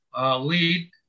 lead